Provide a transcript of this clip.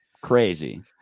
crazy